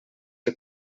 que